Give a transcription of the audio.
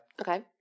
Okay